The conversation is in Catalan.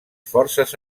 forces